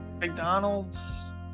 McDonald's